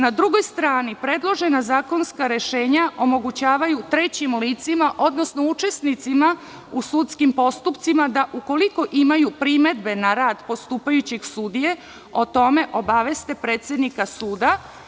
Na drugoj strani, predložena zakonska rešenja omogućavaju trećim licima odnosno učesnicima u sudskim postupcima da ukoliko imaju primedbe na rad postupajućeg sudije, o tome obaveste predsednika suda.